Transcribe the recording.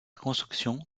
construction